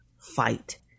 fight